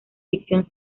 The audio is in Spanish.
ficción